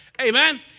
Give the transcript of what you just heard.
amen